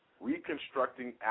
Reconstructing